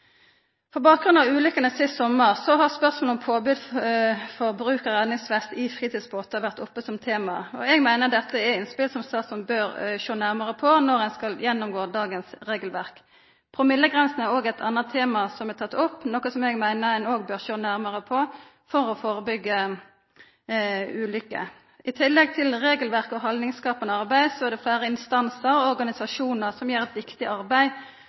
bakgrunn av ulykkene sist sommar har spørsmålet om påbod om bruk av redningsvest i fritidsbåtar vore oppe som tema. Eg meiner dette er innspel som statsråden bør sjå nærmare på når ein skal gjennomgå dagens regelverk. Promillegrensa er eit anna tema som er teke opp, noko som eg meiner ein òg bør sjå nærmare på for å førebyggja ulykker. I tillegg til regelverk og haldningsskapande arbeid er det fleire instansar og organisasjonar som gjer eit viktig arbeid